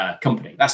company